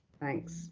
Thanks